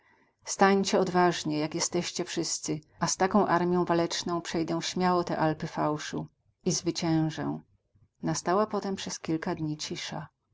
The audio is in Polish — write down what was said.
stańcie odważnie jak jesteście wszyscy a z taką armią waleczną przejdę śmiało te alpy fałszu i zwyciężę nastała potem przez kilka dni cisza